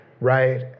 right